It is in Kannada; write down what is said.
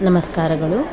ನಮಸ್ಕಾರಗಳು